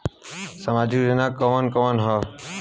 सामाजिक योजना कवन कवन ह?